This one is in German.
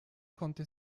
konnte